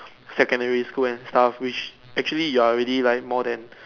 secondary school and stuff which actually you are already like more than